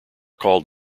called